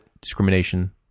discrimination